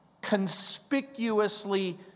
conspicuously